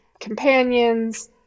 Companions